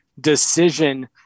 decision